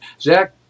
Zach